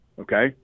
okay